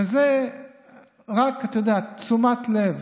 אתה יודע, זה רק תשומת לב